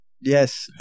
Yes